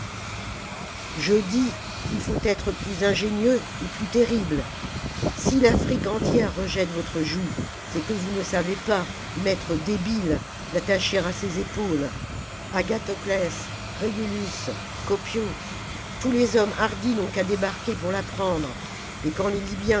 je dis qu'il faut être plus ingénieux ou plus terrible si l'afrique entière rejette votre joug c'est que vous ne savez pas maîtres débiles l'attacher à ses épaules agathoclès régulus cœpio tous les hommes hardis n'ont qu'à débarquer pour la prendre et quand les